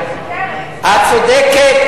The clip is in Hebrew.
את צודקת.